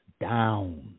down